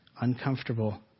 Uncomfortable